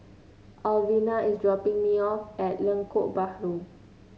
Alvena is dropping me off at Lengkok Bahru